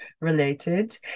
related